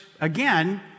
again